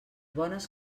bones